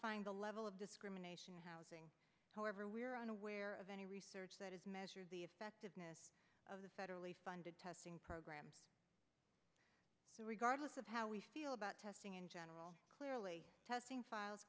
quantifying the level of discrimination in housing however we're unaware of any research that has measure the effectiveness of the federally funded testing programs regardless of how we feel about testing in general clearly testing files